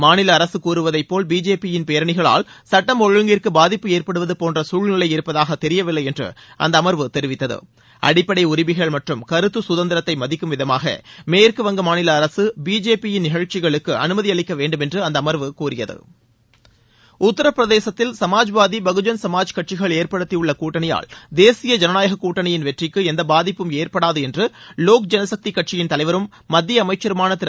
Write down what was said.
மாநில அரசு கூறுவதை போல் பிஜேபியின் பேரணிகளால் சட்டம் ஒழங்கிற்கு பாதிப்பு ஏற்படுவது போன்ற சூழ்நிலை இருப்பதாக தெரியவில்லை என்று அந்த அமா்வு தெரிவித்தது அடிப்படை உரிமைகள் மற்றும் கருத்து குதந்திரத்தை மதிக்கும் விதமாக மேற்குவங்க மாநில அரசு பிஜேபியின் நிகழ்ச்சிகளுக்கு அனுமதி அளிக்க வேண்டுமென்று அந்த அமர்வு கூறியது உத்தரப்பிரதேசத்தில் சமாஜ்வாதி பகுஜன் சமாஜ் கட்சிகள் ஏற்படுத்தியுள்ள கூட்டணியால் தேசிய ஜனநாயகக் கூட்டணியின் வெற்றிக்கு எந்த பாதிப்பும் ஏற்படாது என்று லோக் ஜனசக்தி கட்சியின் தலைவரும் மத்திய அமைச்சருமான திரு